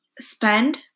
spend